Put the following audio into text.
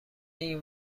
این